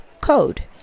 code